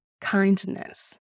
Kindness